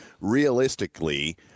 realistically